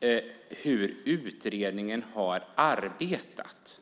sättet på vilket utredningen har arbetat.